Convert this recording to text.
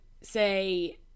Say